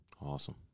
Awesome